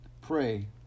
pray